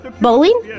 Bowling